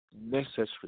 necessary